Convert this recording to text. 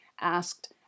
asked